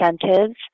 incentives